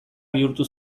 bihurtu